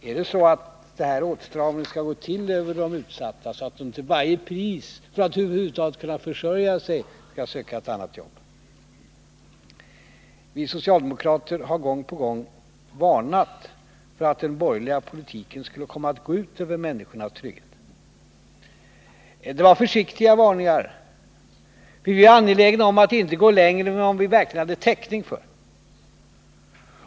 Är det så att den här åtstramningen skall gå ut över de utsatta, så att de för att över huvud taget kunna försörja sig skall söka ett annat jobb? Vi socialdemokrater har gång på gång varnat för att den borgerliga politiken skulle komma att gå ut över människorna och tryggheten. Det har varit försiktiga varningar, för vi har varit angelägna om att inte gå längre än vi verkligen haft täckning för.